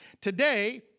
Today